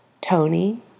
Tony